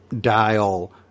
dial